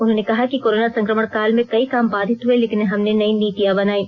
उन्होंने कहा कि कोरोना संकमण काल में कई काम बाधित हुए लेकिन हमने नयी नीतियां बनायी